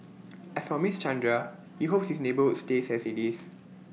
as for miss Chandra he hopes his neighbourhood stays as IT is